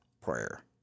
prayer